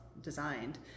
designed